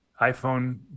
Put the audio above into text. iPhone